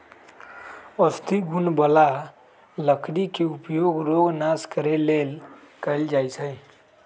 औषधि गुण बला लकड़ी के उपयोग रोग नाश करे लेल कएल जाइ छइ